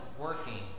working